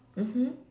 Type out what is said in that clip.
mmhmm